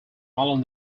along